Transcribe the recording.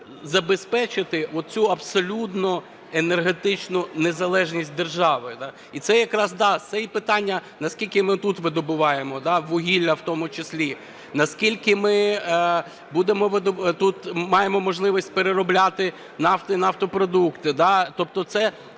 забезпечити оцю абсолютну енергетичну незалежність держави. І це якраз, да, це і питання, наскільки ми тут видобуваємо, вугілля в тому числі, наскільки ми будемо тут, маємо можливість переробляти нафту і нафтопродукти.